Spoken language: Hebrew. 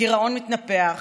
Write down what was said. הגירעון מתנפח,